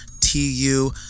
tu